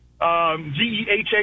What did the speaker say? GEHA